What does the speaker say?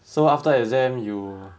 so after exam you